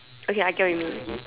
okay I get what you mean